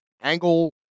angle